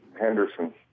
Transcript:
Henderson